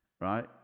right